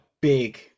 big